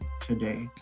today